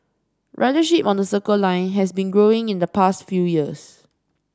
ridership on the Circle Line has been growing in the past few years